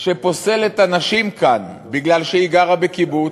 שפוסלת אנשים כאן בגלל שהיא גרה בקיבוץ,